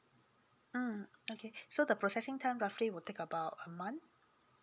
mm okay so the processing time roughly will take about a month